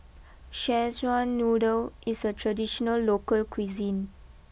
Szechuan Noodle is a traditional local cuisine